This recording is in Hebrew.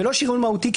ולא שריון מהותי,